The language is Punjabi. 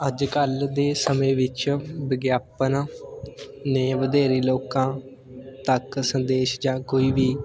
ਅੱਜ ਕੱਲ੍ਹ ਦੇ ਸਮੇਂ ਵਿੱਚ ਵਿਗਿਆਪਨ ਨੇ ਵਧੇਰੇ ਲੋਕਾਂ ਤੱਕ ਸੰਦੇਸ਼ ਜਾਂ ਕੋਈ ਵੀ